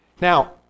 Now